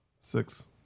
Six